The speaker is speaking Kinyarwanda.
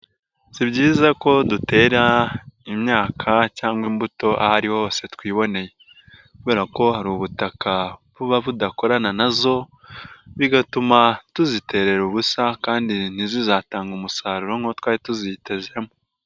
Si byiza ko dutera imyaka cyangwa imbuto aho ari ho hose twiboneye, kubera ko hari ubutaka buba budakorana na zo bigatuma tuziterera ubusa kandi ntizizatange umusaruro nkuwo twari tuzitezemo.